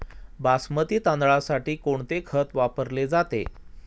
बासमती तांदळासाठी कोणते खत वापरले जाते?